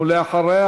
ולאחריה,